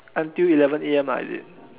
until eleven A_M ah is it